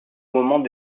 moment